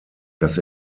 das